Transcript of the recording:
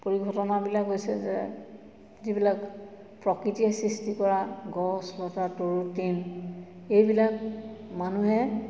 পৰিঘটনাবিলাক হৈছে যে যিবিলাক প্ৰকৃতিয়ে সৃষ্টি কৰা গছ লতা তৰু তৃণ এইবিলাক মানুহে